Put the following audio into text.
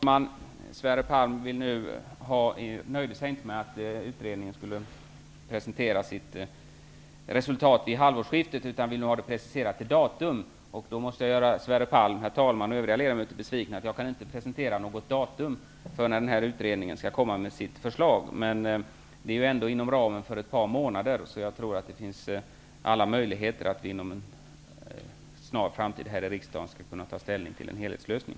Herr talman! Sverre Palm nöjer sig inte med att utredningen skall presentera sitt resultat vid halvårsskiftet, utan vill ha ett datum preciserat. Jag måste då göra Sverre Palm, herr talman och övriga ledamöter besvikna, eftersom jag inte kan presentera något datum för när utredningen skall komma med sitt förslag. Men det är ändå inom ramen för ett par månader, så jag tror att det finns alla möjligheter att vi inom en snar framtid här i riksdagen skall kunna ta ställning till en helhetslösning.